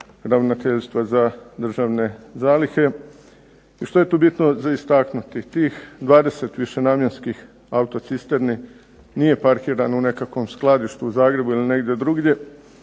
ravnateljstva za državne zalihe. I što je tu bitno za istaknuti? Tih 20 višenamjenskih autocisterni nije parkirano u nekakvom skladištu u Zagrebu ili negdje drugdje.